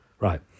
Right